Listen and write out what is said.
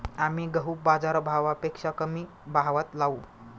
आम्ही गहू बाजारभावापेक्षा कमी भावात लावू